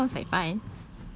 oh yes that sounds like fun